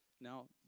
Now